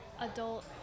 adult